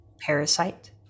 parasite